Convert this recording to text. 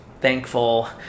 thankful